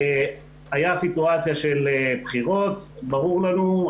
הייתה סיטואציה של בחירות וזה ברור לנו,